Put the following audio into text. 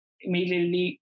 immediately